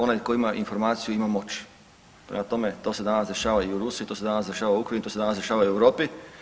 Onaj tko ima informaciju, ima moć, prema tome, to se danas dešava i u Rusiji, to se danas dešava u Ukrajini, to se danas dešava i u Europi.